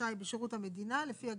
השי בשירות המדינה, לפי הגבוה".